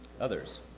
Others